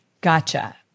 Gotcha